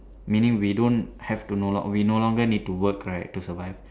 meaning we don't have to no long we no longer need to work right to survive